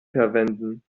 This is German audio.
verwenden